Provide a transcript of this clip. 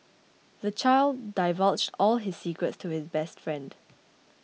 the child divulged all his secrets to his best friend